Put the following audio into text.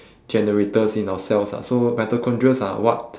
generators in our cells ah so mitochondrias are what